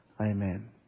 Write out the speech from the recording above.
Amen